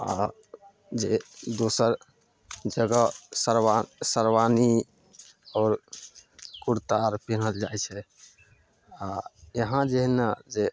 आओर जे दोसर जगह सरबा शेरवानी आओर कुर्ता अर पीनहल जाइ छै आओर यहाँ जे हइ नऽ जे